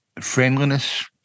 Friendliness